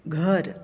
घर